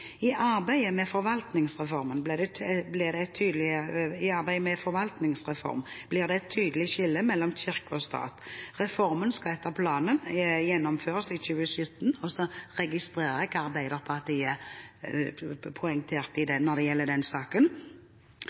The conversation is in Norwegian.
I arbeidet med en forvaltningsreform blir det lagt opp til et tydelig skille mellom kirke og stat. Reformen skal etter planen gjennomføres i 2017. Jeg registrerer hva Arbeiderpartiet poengterte når det gjelder den saken.